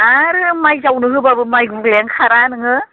आरो माय जावनो होबाबो माय गुग्लायानो खारा नोङो